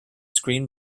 screen